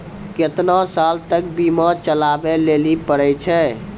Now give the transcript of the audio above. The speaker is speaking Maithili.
केतना साल तक बीमा चलाबै लेली पड़ै छै?